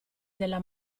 della